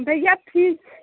भैया फ्रिज